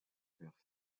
père